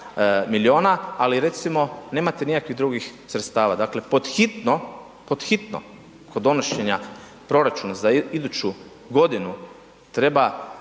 miliona, ali recimo nemate nikakvih drugih sredstava. Dakle, pod hitno, pod hitno kod donošenja proračuna za iduću godinu treba